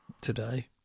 today